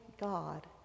God